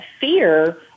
fear